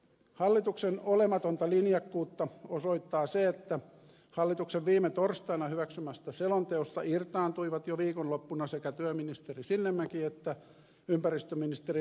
hallituksen olematonta linjakkuutta osoittaa se että hallituksen viime torstaina hyväksymästä selonteosta irtaantuivat jo viikonloppuna sekä työministeri sinnemäki että ympäristöministeri lehtomäki